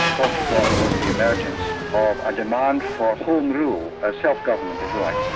what you got was the emergence of a demand for home rule, or self-government if you like.